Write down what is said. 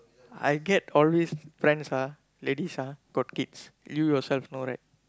I get always friends ah ladies ah got kids you yourself know right